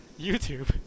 YouTube